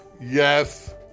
Yes